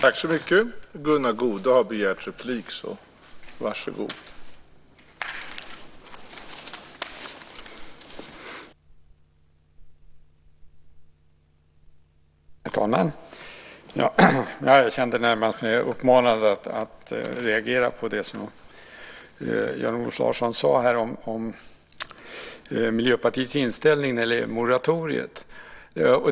Herr talman! Jag kände mig närmast uppmanad att reagera på det som Jan-Olof Larsson sade här om Miljöpartiets inställning när det gäller moratoriet.